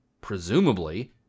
presumably